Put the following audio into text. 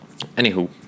Anywho